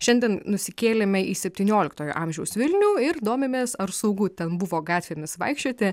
šiandien nusikėlėme į septynioliktojo amžiaus vilnių ir domimės ar saugu ten buvo gatvėmis vaikščioti